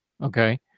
Okay